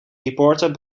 reporter